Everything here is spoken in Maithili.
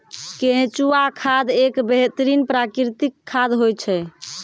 केंचुआ खाद एक बेहतरीन प्राकृतिक खाद होय छै